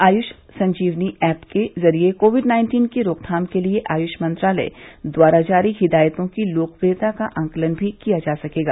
Ayush Sanjeevani app के जरिये Covid nineteen की रोकथाम के लिए आयुष मंत्रालय द्वारा जारी हिदायतों की लोकप्रियता का आकलन भी किया जा सकेगा